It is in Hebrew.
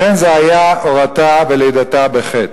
לכן זה היה, הורתה ולידתה בחטא.